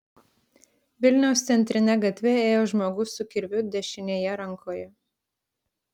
vilniaus centrine gatve ėjo žmogus su kirviu dešinėje rankoje